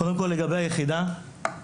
קודם כול, לגבי היחידה שלי.